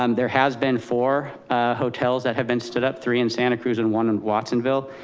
um there has been four hotels that have been stood up, three in santa cruz and one in watsonville.